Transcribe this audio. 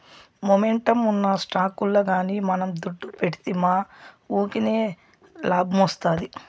momentum ఉన్న స్టాకుల్ల గానీ మనం దుడ్డు పెడ్తిమా వూకినే లాబ్మొస్తాది